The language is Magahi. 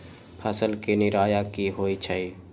फसल के निराया की होइ छई?